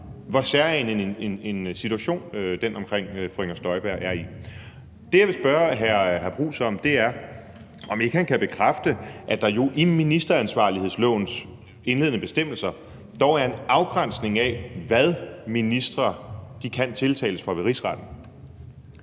hvor særegen situationen omkring fru Inger Støjberg er. Det, jeg vil spørge hr. Jeppe Bruus om, er, om ikke han kan bekræfte, at der jo i ministeransvarlighedslovens indledende bestemmelser dog er en afgrænsning af, hvad ministre kan tiltales for ved Rigsretten.